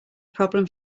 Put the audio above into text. problem